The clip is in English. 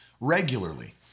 regularly